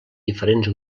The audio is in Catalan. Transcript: diferents